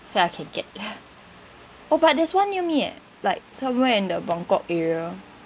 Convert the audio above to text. so I can get oh but there's one near me eh like somewhere in the Buangkok area